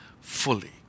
fully